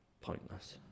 pointless